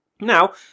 Now